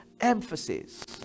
emphasis